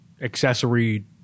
accessory